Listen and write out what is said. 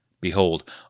Behold